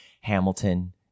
Hamilton